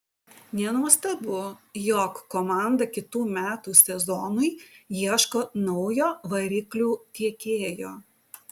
nenuostabu jog komanda kitų metų sezonui ieško naujo variklių tiekėjo